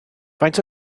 faint